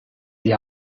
sie